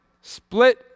Split